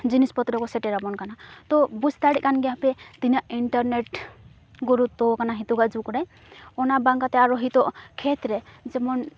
ᱡᱤᱱᱤᱥ ᱯᱚᱛᱨᱚ ᱠᱚ ᱥᱮᱴᱮᱨᱟᱵᱚᱱ ᱠᱟᱱᱟ ᱛᱚ ᱵᱩᱡᱽ ᱫᱟᱲᱮᱭᱟᱜ ᱠᱟᱱ ᱜᱮᱭᱟᱯᱮ ᱛᱤᱱᱟᱹᱜ ᱤᱱᱴᱟᱨᱱᱮᱴ ᱜᱩᱨᱩᱛᱛᱚ ᱟᱠᱟᱱᱟ ᱱᱤᱛᱚᱜᱟᱜ ᱡᱩᱜᱽᱨᱮ ᱚᱱᱟ ᱵᱟᱝ ᱠᱟᱛᱮᱫ ᱟᱨᱚ ᱱᱤᱛᱚᱜ ᱠᱷᱮᱛᱨᱮ ᱡᱮᱢᱚᱱ